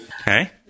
Okay